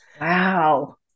Wow